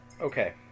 okay